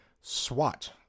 SWAT